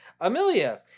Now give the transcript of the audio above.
Amelia